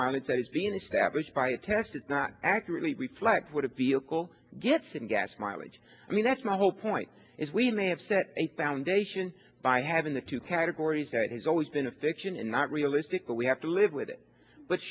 that is being established by a test is not accurately reflect what a vehicle gets in gas mileage i mean that's my whole point is we may have set a foundation by having the two categories has always been a fiction and not realistic but we have to live with it but